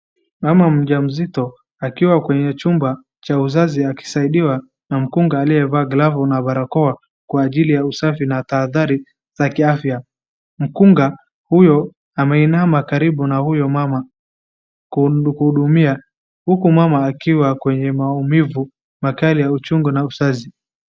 Mama mjamzito akiwa kwenye chumba cha uzazi akisaidiwa na mkunga aliyevaa glavu na barakoa kwa ajili ya usafi tahadhari za kiafya. Mkunga huyo ameinama karibu na huyo mama kuhudumia uku mama akiwa kwenye maumivu makali ya uchungu na uzazi.